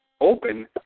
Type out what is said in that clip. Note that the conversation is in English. open